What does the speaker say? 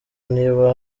niba